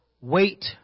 Wait